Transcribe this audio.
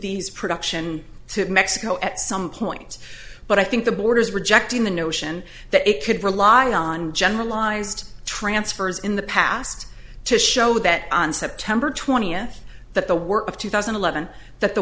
these production to mexico at some point but i think the borders rejecting the notion that it could rely on generalized transfers in the past to show that on september twentieth that the work of two thousand and eleven that the